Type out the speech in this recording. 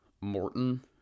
Morton